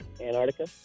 Antarctica